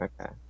Okay